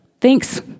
Thanks